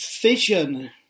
vision